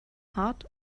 hart